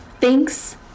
Thanks